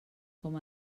com